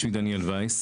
שמי דניאל וייס.